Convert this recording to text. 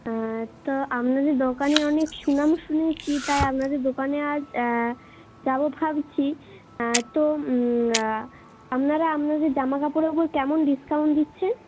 হ্যাঁ তো আমনাদের দোকানের অনেক সুনাম শুনেছি তাই আপনাদের দোকানে আজ যাবো ভাবছি তো আমনারা আমনাদের জামাকাপড়ের ওপর কেমন ডিসকাউন্ট দিচ্ছেন